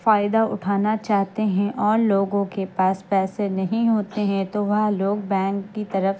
فائدہ اٹھانا چاہتے ہیں اور لوگوں کے پاس پیسے نہیں ہوتے ہیں تو وہ لوگ بینک کی طرف